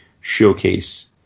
showcase